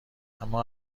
اما